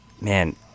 man